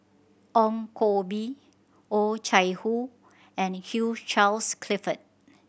Ong Koh Bee Oh Chai Hoo and Hugh Charles Clifford